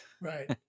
right